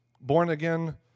born-again